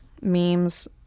memes